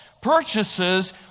purchases